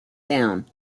down